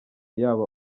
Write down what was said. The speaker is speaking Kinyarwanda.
yaba